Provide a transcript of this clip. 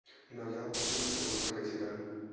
नवजात पशु मन के पोषण कइसे करन?